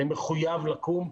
וזה מחויב לקום.